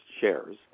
shares